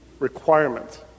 requirement